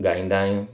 ॻाईंदा आहियूं